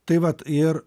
tai vat ir